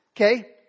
okay